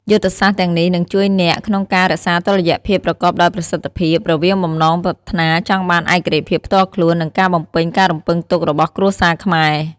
យុទ្ធសាស្ត្រទាំងនេះនឹងជួយអ្នកក្នុងការរក្សាតុល្យភាពប្រកបដោយប្រសិទ្ធភាព រវាងបំណងប្រាថ្នាចង់បានឯករាជ្យភាពផ្ទាល់ខ្លួន និងការបំពេញការរំពឹងទុករបស់គ្រួសារខ្មែរ។